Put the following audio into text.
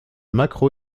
maquereau